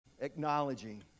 acknowledging